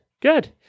good